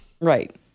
Right